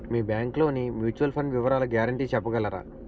మీ bank లోని mutual fund వివరాల guarantee చెప్పగలరా?